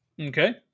Okay